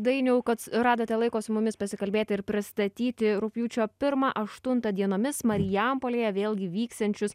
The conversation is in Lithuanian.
dainiau kac radote laiko su mumis pasikalbėti ir pristatyti rugpjūčio pirmą aštuntą dienomis marijampolėje vėlgi vyksiančius